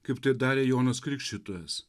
kaip tai darė jonas krikštytojas